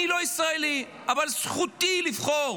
אני לא ישראלי, אבל זכותי לבחור